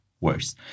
worse